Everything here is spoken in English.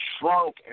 shrunk